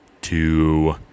two